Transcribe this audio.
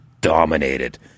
dominated